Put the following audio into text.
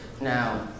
Now